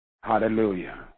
Hallelujah